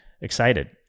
Excited